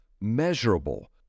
measurable